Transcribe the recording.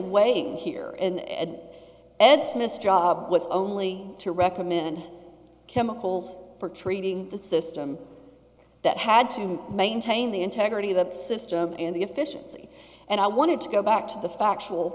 way here and ed smith's job was only to recommend chemicals for treating the system that had to maintain the integrity of the system and the efficiency and i wanted to go back to the factual